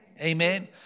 Amen